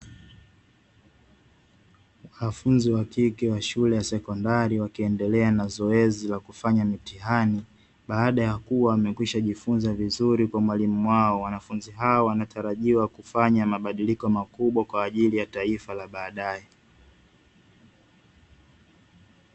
Wanafunzi wa kike wa shule ya sekondari wakiendelea na zoezi la kufanya mtihani, baada ya kuwa amekwisha jifunza vizuri kwa mwalimu wao, wanafunzi hao wanatarajiwa kufanya mabadiliko makubwa kwa ajili ya taifa la baadaye.